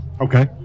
okay